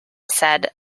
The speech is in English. said